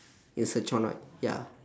in sichuan right ya